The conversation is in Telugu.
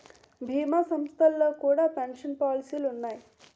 భీమా సంస్థల్లో కూడా పెన్షన్ పాలసీలు ఉన్నాయి